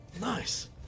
Nice